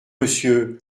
monsieur